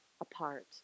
apart